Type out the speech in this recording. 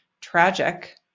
tragic